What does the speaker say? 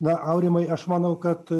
na aurimai aš manau kad